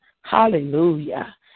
Hallelujah